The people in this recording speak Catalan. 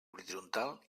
horitzontal